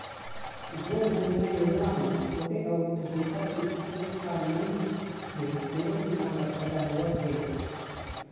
गोधन न्याय योजना म छोटे अउ जेखर तीर खेत खार नइ हे तेनो किसान ल फायदा होवत हे